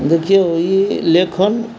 देखियौ ई लेखन